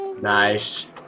Nice